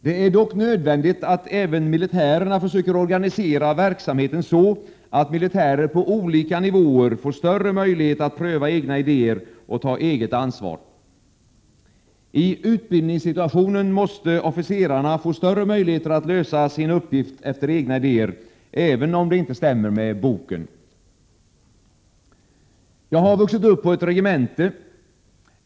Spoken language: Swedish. Det är dock nödvändigt att även försvaret försöker organisera verksamheten så att militärer på olika nivåer får större möjligheter att pröva egna idéer och ta eget ansvar. I utbildningssituationen måste officerarna få större möjligheter att lösa sin uppgift efter egna idéer — även om det inte stämmer med regelboken. Jag har vuxit upp på ett regemente.